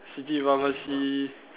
city pharmacy